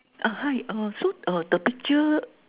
uh hi uh so uh the picture